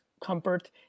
comfort